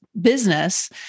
business